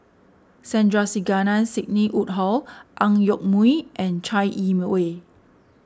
Sandrasegaran Sidney Woodhull Ang Yoke Mooi and Chai Yee Wei